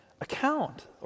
account